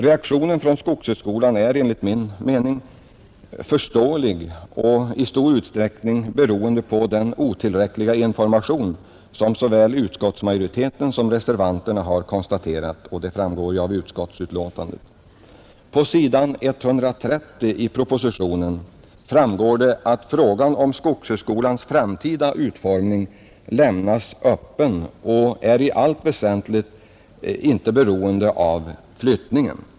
Reaktionen från skogshögskolan är enligt min mening förståelig och i stor utsträckning beroende på den otillräckliga information som såväl utskottsmajoriteten som reservanterna har konstaterat — det framgår ju av utskottsbetänkandet. På s. 130 i propositionen visar det sig att frågan om skogshögskolans framtida utformning lämnas öppen och i allt väsentligt inte är beroende av flyttningen.